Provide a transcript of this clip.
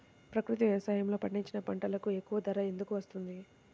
ప్రకృతి వ్యవసాయములో పండించిన పంటలకు ఎక్కువ ధర ఎందుకు వస్తుంది?